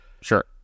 Sure